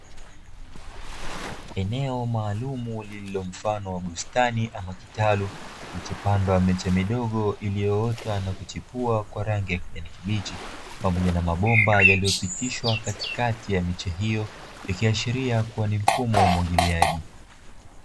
Eneo maalumu lililo mfano wa bustani ama kitalu kilichopandwa miche midogo ilio ota na kuchipua kwa rangi ya kijani kibichi pamoja na mabomba yaliyopita katikati ya miche hiyo ikiashiria ni mfumo wa umwagiliaji.